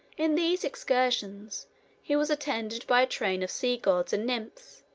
in these excursions he was attended by a train of sea-gods and nymphs,